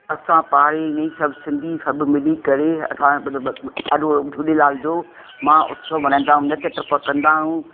असां पाड़े में सभु सिंधी सभु मिली करे असां मतिलबु ॾाढो झूलेलाल जो महाउत्सव मल्हाईंदा आहियूं नच टप कंदा आहियूं